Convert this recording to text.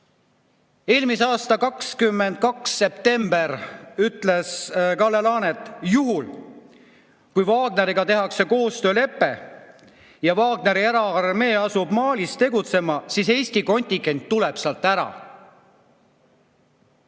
Eelmise aasta 22. septembril ütles Kalle Laanet, et juhul kui Wagneriga tehakse koostöölepe ja Wagneri eraarmee asub Malis tegutsema, siis Eesti kontingent tuleb sealt ära.